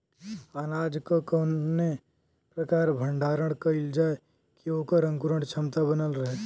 अनाज क कवने प्रकार भण्डारण कइल जाय कि वोकर अंकुरण क्षमता बनल रहे?